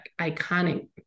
iconic